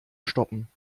stoppen